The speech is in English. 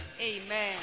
Amen